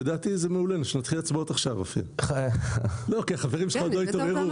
לדעתי זה מעולה שיהיו הצבעות עכשיו כי החברים שלך עוד לא התעוררו,